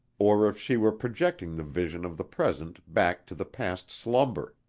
or if she were projecting the vision of the present back to the past slumber.